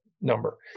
number